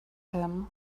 him